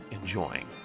enjoying